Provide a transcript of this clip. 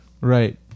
Right